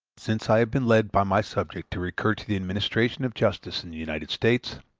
since i have been led by my subject to recur to the administration of justice in the united states,